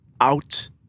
out